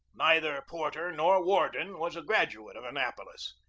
neither porter nor worden was a graduate of an napolis.